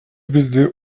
бизди